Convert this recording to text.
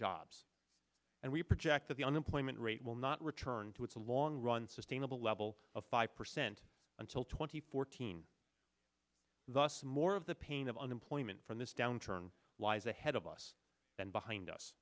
jobs and we project that the unemployment rate will not return to its long run sustainable level of five percent until twenty fourteen thus more of the pain of unemployment from this downturn lies ahead of us and behind us